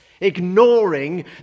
ignoring